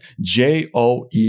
joe